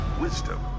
wisdom